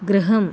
गृहम्